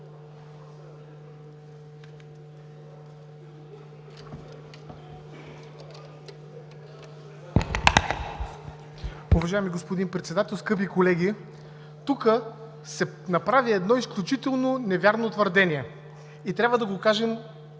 Уважаеми господин Председател, скъпи колеги! Тук се направи едно изключително невярно твърдение и трябва да го кажем